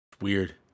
Weird